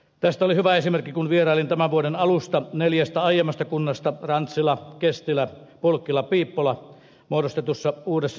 tästä oli hyvä esimerkki kun vierailin tämän vuoden alusta neljästä aiemmasta kunnasta rantsila kestilä pulkkila piippola muodostetussa uudessa siikalatvan kunnassa